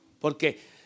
Porque